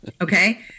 Okay